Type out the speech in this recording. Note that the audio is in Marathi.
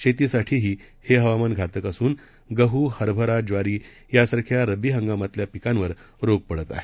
शेतीसाठीहीहेहवामानघातकअसूनगहूहरबराज्वारीयासारख्यारब्बीहंगामातल्यालपिकांवररोगपडतआहे